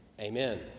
amen